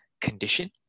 condition